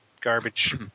garbage